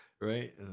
Right